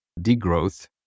degrowth